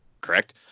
correct